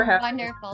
wonderful